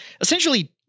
Essentially